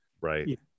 right